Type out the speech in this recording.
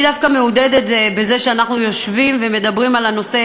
אני דווקא מעודדת מכך שאנחנו יושבים ומדברים על הנושא